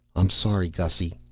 i'm sorry, gussy,